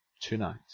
tonight